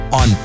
on